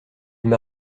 m’a